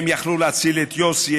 הם יכלו להציל את יוסי,